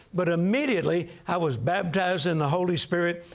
but immediately, i was baptized in the holy spirit.